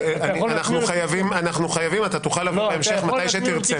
אתה תוכל לבוא בהמשך מתי שתרצה.